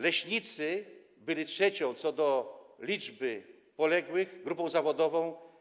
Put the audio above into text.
Leśnicy byli trzecią co do liczby poległych w Katyniu grupą zawodową.